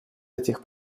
этих